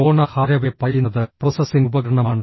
Donna Haraway പറയുന്നത് processing ഉപകരണമാണ്